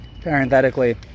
parenthetically